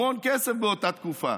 המון כסף באותה תקופה,